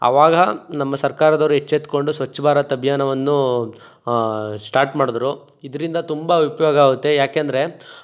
ಅವಾಗ ನಮ್ಮ ಸರ್ಕಾರದವರು ಎಚ್ಚೆತ್ಕೊಂಡು ಸ್ವಚ್ ಭಾರತ್ ಅಭಿಯಾನವನ್ನು ಸ್ಟಾಟ್ ಮಾಡಿದ್ರು ಇದರಿಂದ ತುಂಬ ಉಪ್ಯೋಗ ಆಗುತ್ತೆ ಯಾಕೆಂದರೆ